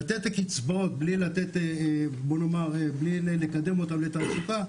לתת קצבאות בלי לקדם אותם לתעסוקה,